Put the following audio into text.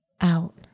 out